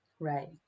Right